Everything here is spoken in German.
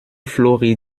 flori